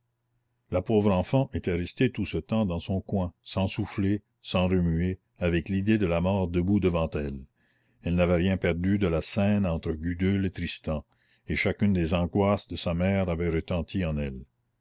la pauvre enfant était restée tout ce temps dans son coin sans souffler sans remuer avec l'idée de la mort debout devant elle elle n'avait rien perdu de la scène entre gudule et tristan et chacune des angoisses de sa mère avait retenti en elle